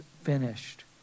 finished